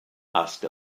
asked